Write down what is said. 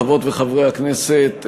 חברות חברי הכנסת,